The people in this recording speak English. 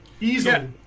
Easily